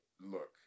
look